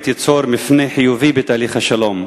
ייצור מפנה חיובי בתהליך השלום.